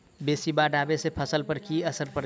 बेसी बाढ़ आबै सँ फसल पर की असर परै छै?